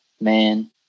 man